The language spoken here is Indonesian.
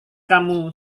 kamu